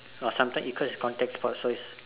so sometimes it comes in contact first so it's